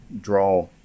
Draw